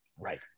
right